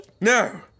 No